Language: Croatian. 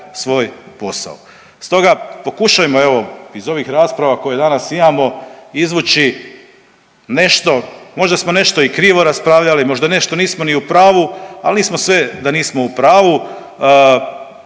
svoj posao. Stoga pokušajmo evo iz ovih rasprava koje danas imamo izvući nešto možda smo nešto i krivo raspravljali, možda nešto nismo ni u pravu, al … da nismo u pravu